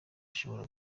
ushobora